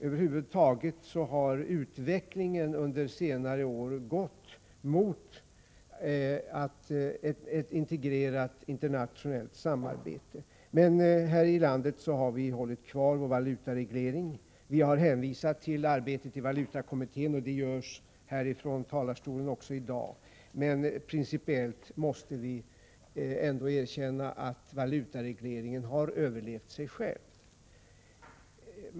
Över huvud taget har utvecklingen under senare år gått mot ett integrerat internationellt samarbete. Men i Sverige har vi hållit kvar vår valutareglering. Vi har hänvisat till arbetet i valutakommittén, och det har man gjort också i dagens debatt, men principiellt måste vi erkänna att valutaregleringen har överlevt sig själv.